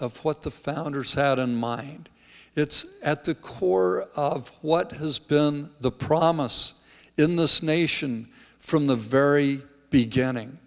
of what the founders had in mind it's at the core of what has been the promise in this nation from the very beginning